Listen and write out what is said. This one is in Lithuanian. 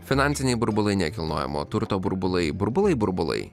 finansiniai burbulai nekilnojamo turto burbulai burbulai burbulai